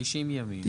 90 ימים.